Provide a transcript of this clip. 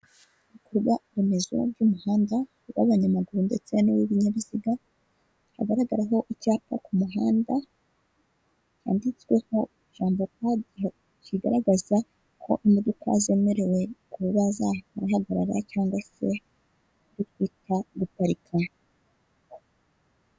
Ibikorwaremezo by'umuhanda w'abanyamaguru ndetse n'uw'ibinyabiziga hagaragaraho icyapa ku muhanda cyanditsweho ijambo paki, kigaragaza ko imodoka zemerewe kuba zahagarara cyangwa zigaparika.